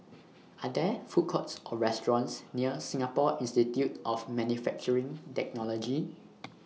Are There Food Courts Or restaurants near Singapore Institute of Manufacturing Technology